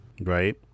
Right